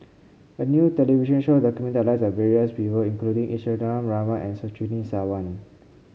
a new television show documented the lives of various people including Isadhora Mohamed and Surtini Sarwan